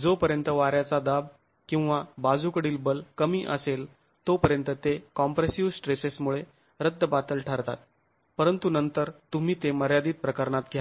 जोपर्यंत वाऱ्याचा दाब किंवा बाजूकडील बल कमी असेल तोपर्यंत ते कॉम्प्रेसिव स्ट्रेसेसमुळे रद्दबातल ठरतात परंतु नंतर तुम्ही ते मर्यादित प्रकरणात घ्या